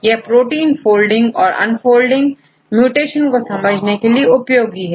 यह protein folding और unfolding mutation को समझने में उपयोगी है